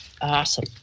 Awesome